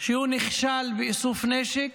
שהוא נכשל באיסוף נשק.